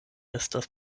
estas